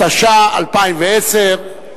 התשע"א 2010,